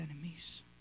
enemies